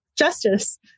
justice